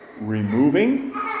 removing